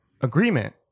agreement